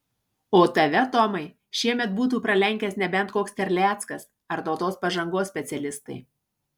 o tave tomai šiemet būtų pralenkęs nebent koks terleckas ar tautos pažangos specialistai